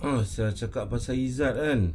saya cakap pasal izzat kan